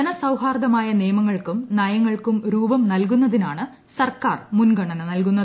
ജനസൌഹാർദ്ദമായ നിയമങ്ങൾക്കും നയങ്ങൾക്കും രൂപം നൽകുന്നതിനാണ് സർക്കാർ മുൻഗണന നൽകുന്നത്